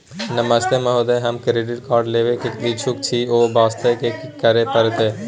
नमस्ते महोदय, हम credit card लेबे के इच्छुक छि ओ वास्ते की करै परतै?